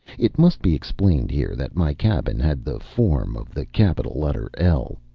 it must be explained here that my cabin had the form of the capital letter l,